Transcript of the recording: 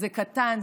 זה קטן,